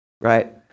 right